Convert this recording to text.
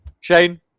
Shane